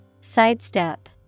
Sidestep